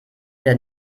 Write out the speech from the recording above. der